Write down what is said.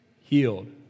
Healed